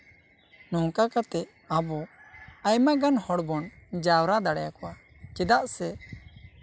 ᱱᱚᱝᱠᱟ ᱠᱟᱛᱮᱜ ᱟᱵᱚ ᱟᱭᱢᱟᱜᱟᱱ ᱦᱚᱲ ᱵᱚᱱ ᱡᱟᱣᱨᱟ ᱫᱟᱲᱮᱭᱟ ᱠᱚᱣᱟ ᱪᱮᱫᱟᱜ ᱥᱮ